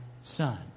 son